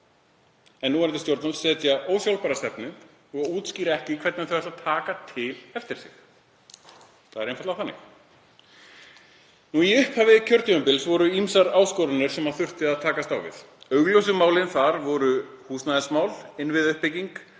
en núverandi stjórnvöld setja ósjálfbæra stefnu og útskýra ekki hvernig þau ætla að taka til eftir sig. Það er einfaldlega þannig. Í upphafi kjörtímabils voru ýmsar áskoranir sem þurfti að takast á við. Augljósu málin þar voru húsnæðismál, innviðauppbygging,